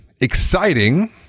exciting